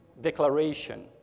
declaration